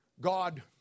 God